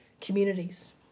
communities